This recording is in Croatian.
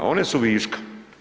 One su viška.